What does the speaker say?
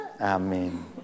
amen